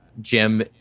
jim